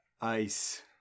Ice